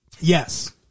Yes